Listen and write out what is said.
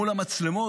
מול המצלמות,